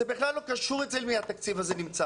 זה בכלל לא קשור אצל מי נמצא התקציב הזה,